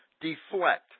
deflect